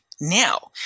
now